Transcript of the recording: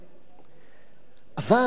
אבל האמירה הזאת